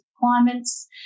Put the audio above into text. requirements